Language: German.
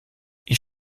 ich